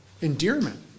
endearment